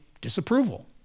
disapproval